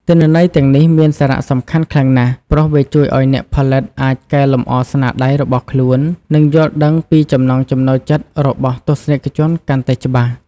ទិន្នន័យទាំងនេះមានសារៈសំខាន់ខ្លាំងណាស់ ព្រោះវាជួយឱ្យអ្នកផលិតអាចកែលម្អស្នាដៃរបស់ខ្លួន និងយល់ដឹងពីចំណង់ចំណូលចិត្តរបស់ទស្សនិកជនកាន់តែច្បាស់។